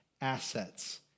assets